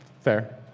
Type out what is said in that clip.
Fair